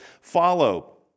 follow